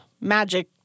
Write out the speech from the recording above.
magic